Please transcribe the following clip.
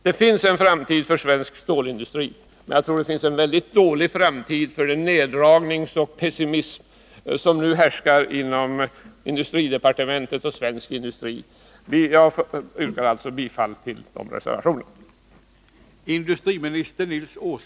Det finns en framtid för svensk stålindustri, men jag tror att det blir en väldigt dålig framtid om vi hänger oss till den pessimism och de tankar på nedläggning som nu härskar inom industridepartementet.